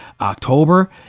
October